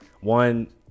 one